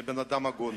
לבן-אדם הגון,